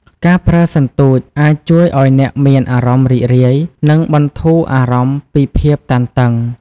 ការប្រើសន្ទូចអាចជួយឲ្យអ្នកមានអារម្មណ៍រីករាយ និងបន្ធូរអារម្មណ៍ពីភាពតានតឹង។